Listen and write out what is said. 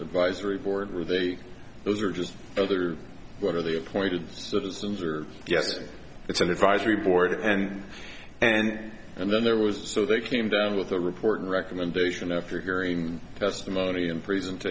advisory board were they those are just another one of the appointed citizens or yes it's an advisory board and and and then there was so they came down with a report and recommendation after hearing testimony and pre